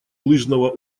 лыжного